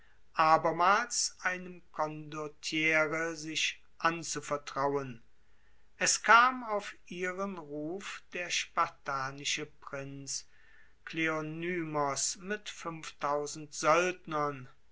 abermals einem condottiere sich anzuvertrauen es kam auf ihren ruf der spartanische prinz kleonymos mit